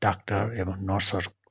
doctor एवम् नर्सहरू